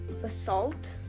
basalt